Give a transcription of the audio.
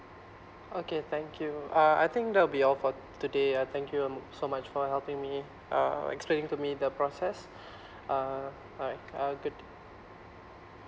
okay thank you uh I think that will be all for today uh thank you um so much for helping me uh explaining to me the process uh alright uh good